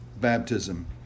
baptism